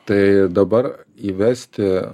tai dabar įvesti